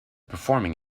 performing